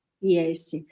Yes